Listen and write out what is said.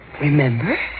remember